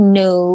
no